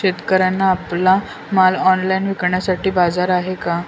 शेतकऱ्यांना आपला माल ऑनलाइन विकण्यासाठी बाजार आहे का?